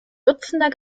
dutzender